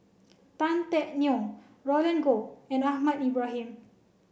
Tan Teck Neo Roland Goh and Ahmad Ibrahim